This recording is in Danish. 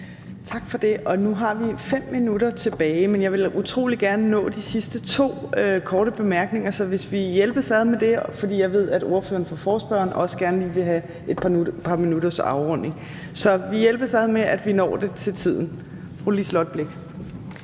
Tak for det. Nu har vi 5 minutter tilbage, men jeg vil utrolig gerne nå de sidste to korte bemærkninger. Så lad os hjælpes ad med det, for jeg ved, at ordføreren for forespørgerne også gerne vil have et par minutters afrunding. Vi hjælpes ad med at nå det til tiden.